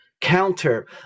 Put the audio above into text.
counter